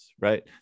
right